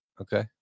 Okay